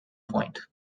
point